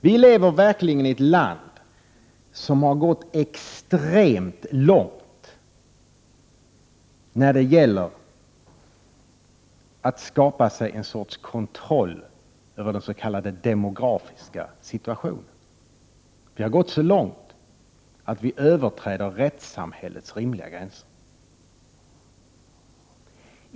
Vi lever verkligen i ett land som har gått extremt långt när det gäller att skapa en sorts kontroll över den s.k. demografiska situationen. Vi har gått så långt att vi överträder rättssamhällets rimliga gränser.